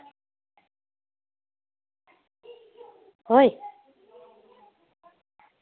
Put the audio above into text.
ᱦᱳᱭ